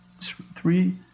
three